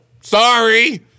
Sorry